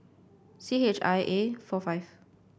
C H I A four five